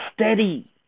steady